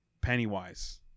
Pennywise